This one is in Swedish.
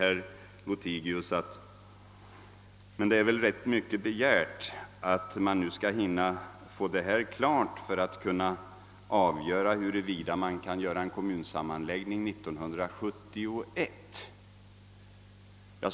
Herr Lothigius anför, att det väl är rätt mycket begärt att man skall hinna få detta klart så att man kan avgöra huruvida en kommunsammanläggning kan ske 1971.